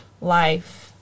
life